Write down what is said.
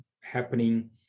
happening